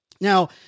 Now